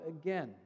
again